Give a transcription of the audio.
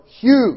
huge